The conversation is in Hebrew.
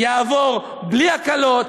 יעבור בלי הקלות,